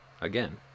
Again